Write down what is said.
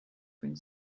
bring